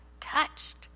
touched